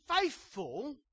faithful